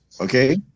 Okay